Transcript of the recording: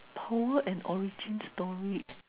power and origin story